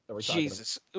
Jesus